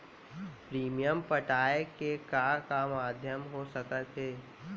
Premium पटाय के का का माधयम हो सकत हे?